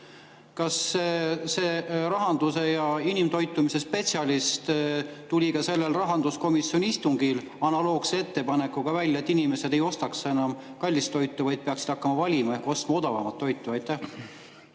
Kas see rahanduse ja inimtoitumise spetsialist tuli ka sellel rahanduskomisjoni istungil analoogse ettepanekuga välja, et inimesed ei peaks enam ostma kallist toitu, vaid peaksid hakkama valima ehk ostma odavamat toitu?